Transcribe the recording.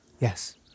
yes